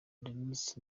denis